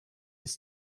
its